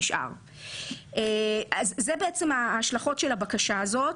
אלה השלכות הבקשה הזאת.